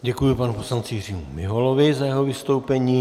Děkuji panu poslanci Jiřímu Miholovi za jeho vystoupení.